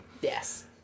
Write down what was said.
Yes